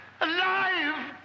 Alive